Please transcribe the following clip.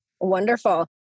Wonderful